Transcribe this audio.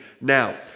now